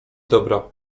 dobra